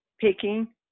picking